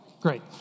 Great